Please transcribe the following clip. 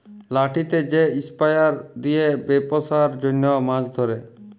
লাঠিতে যে স্পিয়ার দিয়ে বেপসার জনহ মাছ ধরে